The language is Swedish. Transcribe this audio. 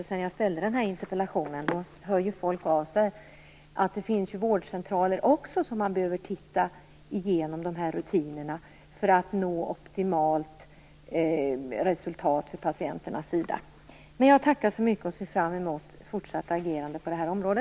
Sedan jag ställde den här interpellationen har jag fått rapporter om att det finns även vårdcentraler där man behöver gå igenom dessa rutiner för att nå ett optimalt resultat för patienterna. Jag tackar så mycket och ser fram emot ett fortsatt agerande på detta område.